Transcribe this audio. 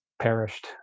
perished